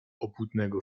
obłudnego